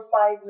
five